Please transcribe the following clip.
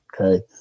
Okay